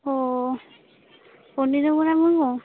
ᱚᱻ ᱯᱚᱱᱰᱤᱛ ᱨᱚᱜᱷᱩᱱᱟᱛᱷ ᱢᱩᱨᱢᱩ